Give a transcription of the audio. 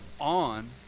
on